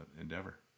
endeavor